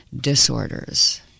disorders